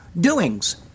doings